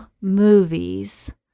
movies